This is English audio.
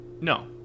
no